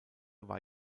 war